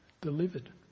delivered